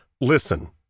listen